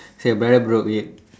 so your brother broke it